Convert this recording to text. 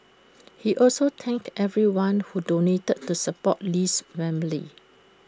he also thanked everyone who donated to support Lee's family